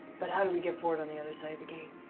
but how do we get fjord on the other side of the gate?